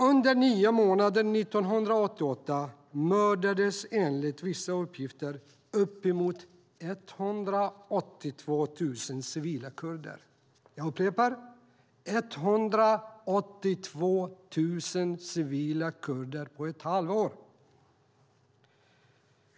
Under nio månader 1988 mördades enligt vissa uppgifter uppemot 182 000 civila kurder. Jag upprepar: 182 000 civila kurder.